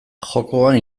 jokoa